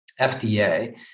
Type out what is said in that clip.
FDA